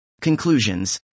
Conclusions